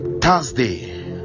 thursday